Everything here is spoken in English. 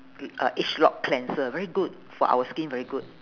uh age lock cleanser very good for our skin very good